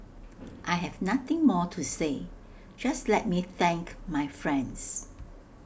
I have nothing more to say just let me thank my friends